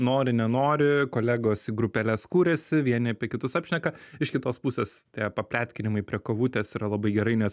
nori nenori kolegos į grupeles kuriasi vieni apie kitus apšneka iš kitos pusės tie papletkinimai prie kavutės yra labai gerai nes